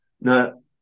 no